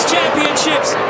championships